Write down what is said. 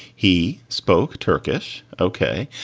he spoke turkish. ok,